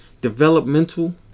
developmental